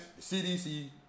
CDC